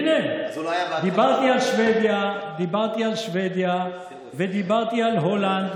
הינה, דיברתי על שבדיה ודיברתי על הולנד